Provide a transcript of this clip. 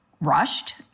rushed